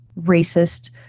racist